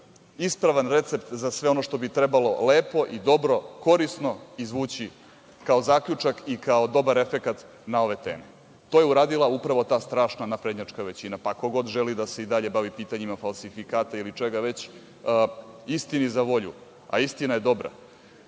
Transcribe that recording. ispravan recept za sve ono što bi trebalo lepo i dobro, korisno izvući kao zaključak i kao dobar efekat na ove teme. To je uradila, upravo ta strašna naprednjačka većina, pa ko god želi da se i dalje bavi pitanjima falsifikata ili čega već, istini za volju, a istina je dobra.